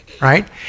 right